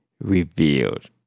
revealed